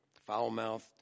foul-mouthed